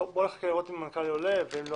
נחכה לראות אם המנכ"ל עולה ואם לא,